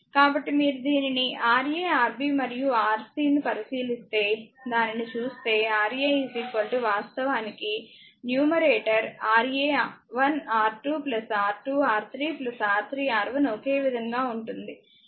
కాబట్టి మీరు దీనిని Ra Rb మరియు Rc ను పరిశీలిస్తే దానిని చూస్తే Ra వాస్తవానికి న్యూమరేటర్ R1R2 R2R3 R3R1 ఒకే విధంగా ఉంటుంది ఇది R1